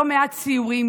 ההצעה,